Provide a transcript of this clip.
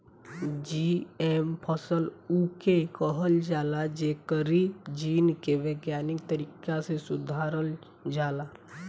GM फसल उके कहल जाला जेकरी जीन के वैज्ञानिक तरीका से सुधारल जाला